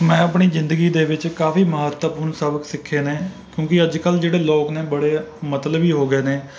ਮੈਂ ਆਪਣੀ ਜ਼ਿੰਦਗੀ ਦੇ ਵਿੱਚ ਕਾਫੀ ਮਹੱਤਵਪੂਰਨ ਸਬਕ ਸਿੱਖੇ ਨੇ ਕਿਉਂਕਿ ਅੱਜ ਕੱਲ੍ਹ ਜਿਹੜੇ ਲੋਕ ਨੇ ਬੜੇ ਮਤਲਬੀ ਹੋ ਗਏ ਨੇ